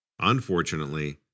Unfortunately